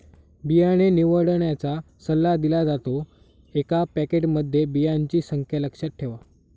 बियाणे निवडण्याचा सल्ला दिला जातो, एका पॅकेटमध्ये बियांची संख्या लक्षात ठेवा